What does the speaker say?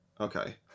Okay